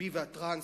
הבי והטרנס,